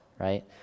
right